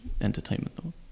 entertainment